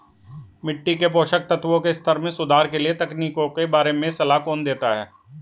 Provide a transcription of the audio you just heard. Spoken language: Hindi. मिट्टी के पोषक तत्वों के स्तर में सुधार के लिए तकनीकों के बारे में सलाह कौन देता है?